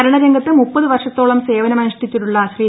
ഭരണരംഗത്ത് മുപ്പതു വർഷത്തോളം സേഹ്റ്ന്മനുഷ്ഠിച്ചിട്ടുള്ള ശ്രീ